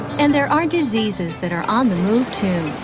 and there are diseases that are on the move, too,